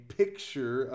picture